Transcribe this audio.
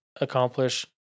accomplish